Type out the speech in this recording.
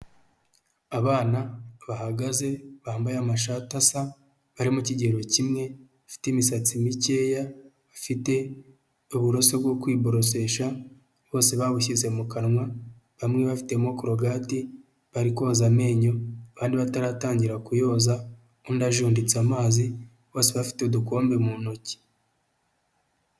Abana bahagaze bambaye amashati asa bari mu ikigero kimwe bafite imisatsi mikeya, bafite uburoso bwo kwiboroshesha, bose babushyize mu kanwa, bamwe bafitemo korogate bari koza amenyo, abandi bataratangira kuyoza, undi ajunditse amazi, bose bafite udukombe mu ntoki.